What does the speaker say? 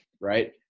right